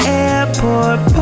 airport